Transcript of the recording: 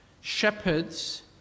shepherds